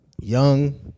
young